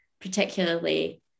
particularly